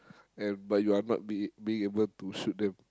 and but you are not be being able to shoot them